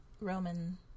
Roman